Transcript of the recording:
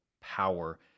power